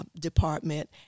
department